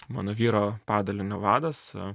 mano vyro padalinio vadas